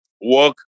work